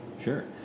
Sure